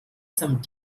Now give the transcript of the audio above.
some